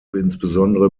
insbesondere